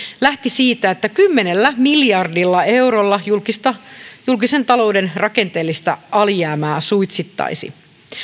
lähti siitä että kymmenellä miljardilla eurolla julkisen talouden rakenteellista alijäämää suitsittaisiin